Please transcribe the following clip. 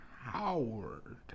Howard